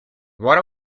what